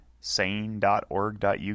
sane.org.uk